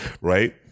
right